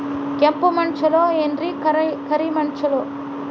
ಕೆಂಪ ಮಣ್ಣ ಛಲೋ ಏನ್ ಕರಿ ಮಣ್ಣ ಛಲೋ?